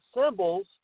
symbols